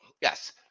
yes